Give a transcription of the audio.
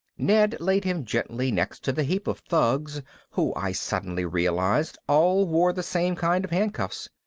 ned laid him gently next to the heap of thugs who i suddenly realized all wore the same kind of handcuffs.